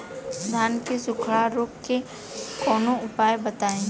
धान के सुखड़ा रोग के कौनोउपाय बताई?